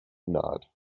nod